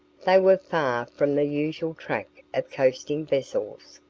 they were far from the usual track of coasting vessels,